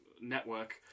network